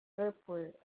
airport